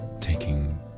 Taking